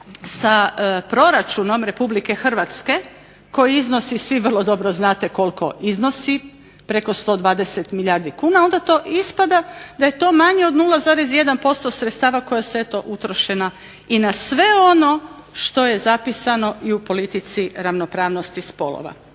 sa proračunom Republike Hrvatske koji iznosi svi vrlo dobro znate koliko iznosi, preko 120 milijardi kuna, onda to ispada da je to manje od 0,1% sredstava koja su eto utrošena i na sve ono što je zapisano i u politici ravnopravnosti spolova.